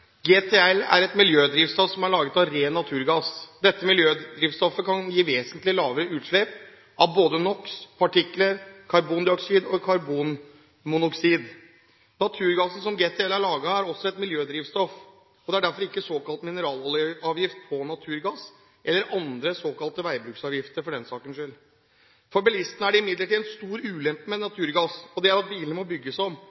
GTL er et miljødrivstoff som er laget av ren naturgass. Dette miljødrivstoffet kan gi vesentlig lavere utslipp av både NOx, partikler, karbondioksid og karbonmonoksid. Naturgassen som GTL er laget av, er også et miljødrivstoff. Det er derfor ikke såkalt mineraloljeavgift på naturgass – eller andre såkalte veibruksavgifter, for den saks skyld. For bilistene er det imidlertid en stor ulempe med naturgass, og det er at bilene må bygges om.